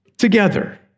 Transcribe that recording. Together